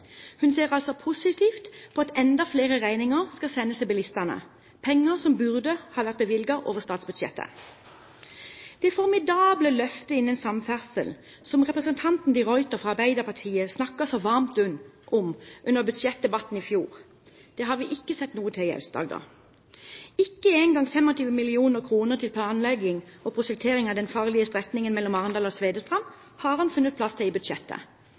Hun ser altså positivt på at enda flere regninger skal sendes til bilistene, penger som burde ha vært bevilget over statsbudsjettet. Det formidable løftet innen samferdsel, som representanten de Ruiter fra Arbeiderpartiet snakket så varmt om under budsjettdebatten i fjor, har vi ikke sett noe til i Aust-Agder. Ikke engang 25 mill. kr til planlegging og prosjektering av denne farlige strekningen mellom Arendal og Tvedestrand har han funnet plass til i budsjettet.